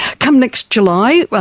come next july